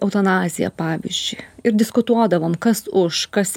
eutanazija pavyzdžiui ir diskutuodavom kas už kas